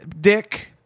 dick